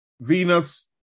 Venus